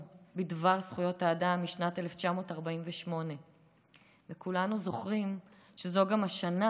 בדבר זכויות האדם משנת 1948. כולנו זוכרים שזאת גם השנה,